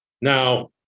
Now